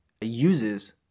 uses